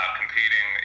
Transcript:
competing